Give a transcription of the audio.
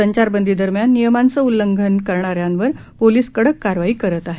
संचारबंदी दरम्यान नियमांचं उल्लंघन करणाऱ्यांवर पोलीस कडक कारवाई करत आहेत